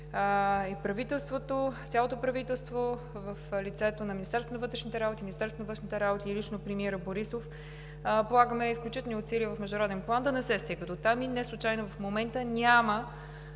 Ви уверя, че цялото правителството в лицето на Министерството на вътрешните работи, Министерството на външните работи и лично премиера Борисов полагаме изключителни усилия в международен план да не се стига дотам. Неслучайно в момента няма